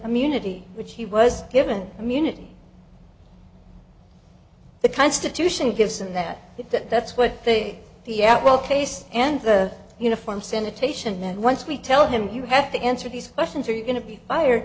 immunity which he was given immunity the constitution gives in that that's what the attwell case and the uniform sanitation that once we tell him you have to answer these questions are you going to be fired